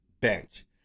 bench